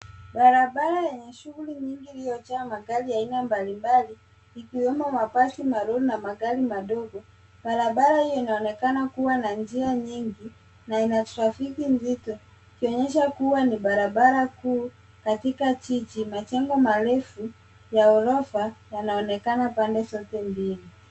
Barabara yenye shughuli nyingi iliyojaa magari ya aina mbalimbali ikiwemo mabasi, malori na magari madogo. Barabara hiyo inaonekana kuwa na njia nyingi na ina trafiki nzito ikionyesha kuwa ni barabara kuu katika jiji. Majengo marefu ya gorofa yanaonekana pande zote mbili.